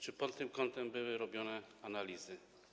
Czy pod tym kątem były robione analizy?